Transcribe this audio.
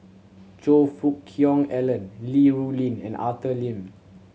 Choe Fook Cheong Alan Li Rulin and Arthur Lim